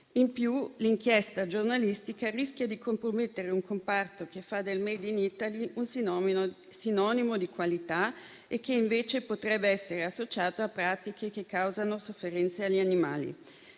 Inoltre l'inchiesta giornalistica rischia di compromettere un comparto che fa del *made in Italy* un sinonimo di qualità e che invece potrebbe essere associato a pratiche che causano sofferenze agli animali.